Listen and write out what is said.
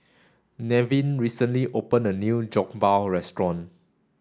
Nevin recently opened a new Jokbal restaurant